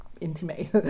intimate